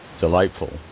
delightful